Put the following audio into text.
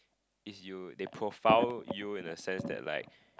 is you they profile you in a sense that like